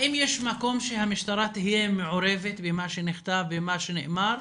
האם יש מקום שהמשטרה תהיה מעורבת במה שנכתב ובמה שנאמר,